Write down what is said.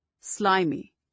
slimy